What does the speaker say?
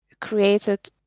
created